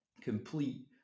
complete